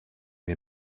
wir